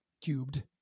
cubed